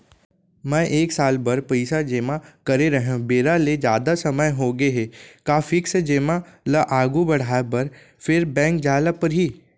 मैं एक साल बर पइसा जेमा करे रहेंव, बेरा ले जादा समय होगे हे का फिक्स जेमा ल आगू बढ़ाये बर फेर बैंक जाय ल परहि?